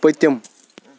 پٔتِم